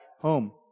home